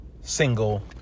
single